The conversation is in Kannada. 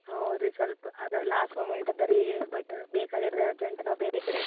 ಹ್ಞೂ ರೀ ಸ್ವಲ್ಪ ಅದು ಲಾಸ್ಟ್ ಮೂಮೆಂಟ್ ಅದೆ ರೀ ಬಟ್ ಬೇಕಾಗೆದೆ ರೀ ಅರ್ಜಂಟ್ ನಾವು ಬೇರೆ ಕಡೆ